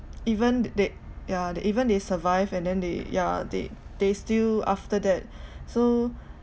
even th~ that yeah they even they survive and then they yeah they they still after that so